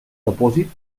depòsit